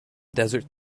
desert